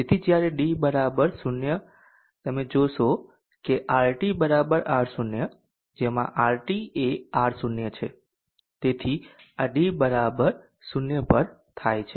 તેથી જ્યારે ડી 0 તમે જોશો કે RT R0 જેમાં RT એ R0 છે તેથી આ d 0 પર થાય છે